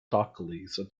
attempts